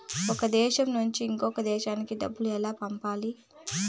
ఒక దేశం నుంచి ఇంకొక దేశానికి డబ్బులు ఎలా పంపాలి?